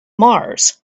mars